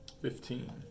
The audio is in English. Fifteen